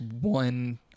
one